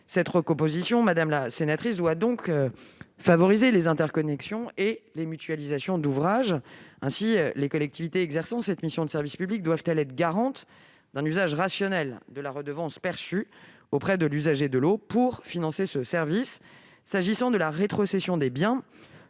Cette recomposition, madame la sénatrice, doit donc favoriser les interconnexions et les mutualisations d'ouvrages. Ainsi, les collectivités exerçant cette mission de service public doivent-elles être garantes d'un usage rationnel de la redevance perçue auprès de l'usager de l'eau pour financer ce service.